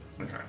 Okay